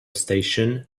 station